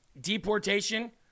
deportation